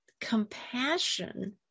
compassion